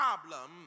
problem